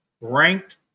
ranked